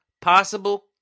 possible